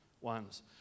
ones